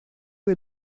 del